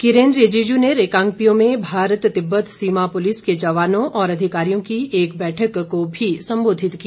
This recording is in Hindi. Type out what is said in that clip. किरेन रिजिजू ने रिकांगपिओ में भारत तिब्बत सीमा पूलिस के जवानों और अधिकारियों की एक बैठक को भी संबोधित किया